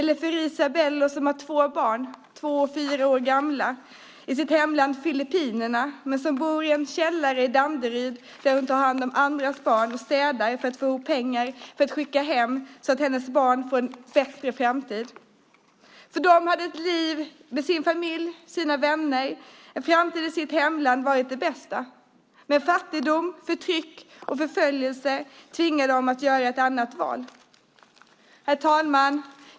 För Risa Bello, som har två barn, två och fyra år gamla, i sitt hemland Filippinerna men som bor i en källare i Danderyd där hon tar hand om andras barn och städar för att få ihop pengar att skicka hem så att hennes barn får en bättre framtid, hade ett liv med sin familj, sina vänner och en framtid i sitt hemland varit det bästa. Men fattigdom, förtryck och förföljelser tvingade henne att göra ett annat val. Herr talman!